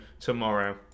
tomorrow